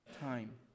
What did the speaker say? time